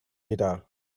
guitar